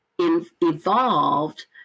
evolved